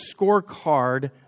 scorecard